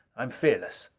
i am fearless.